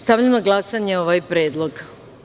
Stavljam na glasanje ovaj predlog.